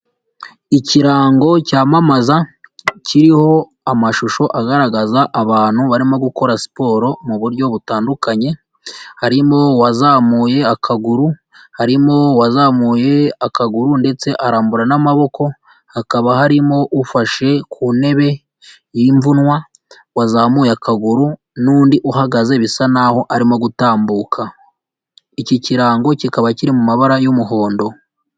Ikirango cyamamaza kiriho amashusho agaragaza abantu barimo gukora siporo mu buryo butandukanye, harimo uwazamuye akaguru harimo uwazamuye akaguru, ndetse arambura n'amaboko, hakaba harimo ufashe ku ntebe y'imvunwa wazamuye akaguru, n'undi uhagaze bisa naho arimo gutambuka, iki kirango kikaba kiri mu mabara y'umuhondo.